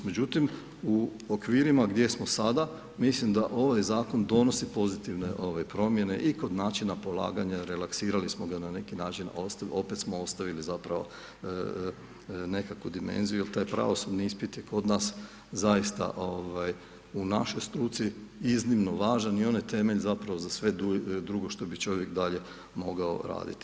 Međutim u okvirima gdje smo sada mislim da ovaj zakon donosi pozitivne promjene i kod načina polaganja, relaksirali smo ga na neki način a opet smo ostavili zapravo nekakvu dimenziju jer taj pravosudni ispit je kod nas zaista u našoj struci iznimno važan i on je temelj zapravo za sve drugo što bi čovjek dalje mogao raditi.